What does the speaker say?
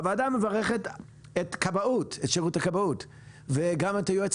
הוועדה מברכת את שירות הכבאות וגם את היועצת